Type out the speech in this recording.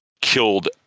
killed